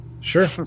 Sure